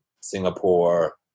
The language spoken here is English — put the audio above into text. Singapore